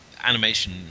animation